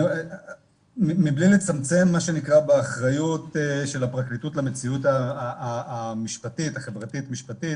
מבלי לצמצם באחריות של הפרקליטות למציאות החברתית משפטית